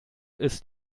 ist